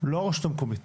לא הרשות המקומית.